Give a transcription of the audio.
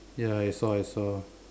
ya I saw I saw